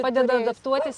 padeda adaptuotis